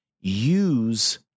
use